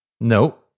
No